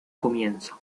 comienzo